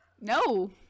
No